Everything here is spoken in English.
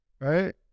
right